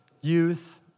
youth